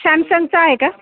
सॅमसंगचा आहे का